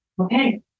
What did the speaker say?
okay